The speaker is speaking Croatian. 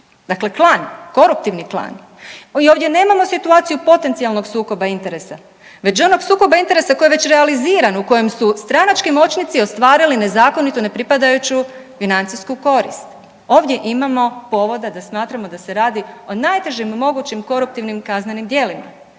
Dakle klan, koruptivni klan, mi ovdje nemamo situaciju potencijalnog sukoba interesa već onog sukoba interesa koji je već realiziran, u kojem su stranački moćnici ostvarili nezakonitu, nepripadajuću financijsku korist. Ovdje imamo povoda da smatramo da se radi o najtežim mogućim koruptivnim kaznenim djelima.